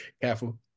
Careful